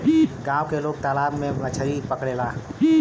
गांव के लोग तालाब से मछरी पकड़ेला